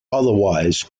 otherwise